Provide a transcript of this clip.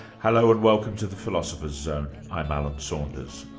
hello, and welcome to the philosopher's zone. i'm alan saunders.